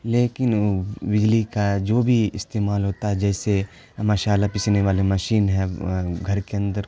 لیکن وہ بجلی کا جو بھی استعمال ہوتا ہے جیسے مسالا پیسنے والے مشین ہے گھر کے اندر